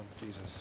Jesus